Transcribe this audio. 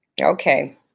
Okay